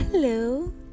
Hello